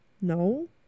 No